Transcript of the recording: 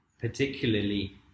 particularly